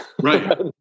Right